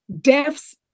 deaths